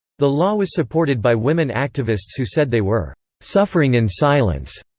the law was supported by women activists who said they were suffering in silence.